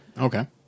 Okay